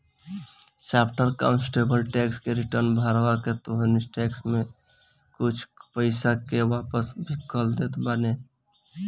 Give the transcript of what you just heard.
charter accountant tax return भरवा के तोहरी टेक्स में से कुछ पईसा के वापस भी करवा देत बाने